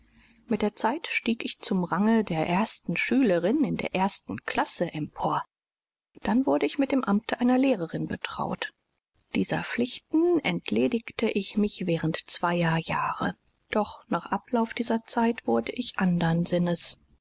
mit der zeit stieg ich zum range der ersten schülerin in der ersten klasse empor dann wurde ich mit dem amte einer lehrerin betraut dieser pflichten erledigte ich mich während zweier jahre doch nach ablauf dieser zeit wurde ich andern sinnes